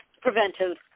preventive